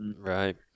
Right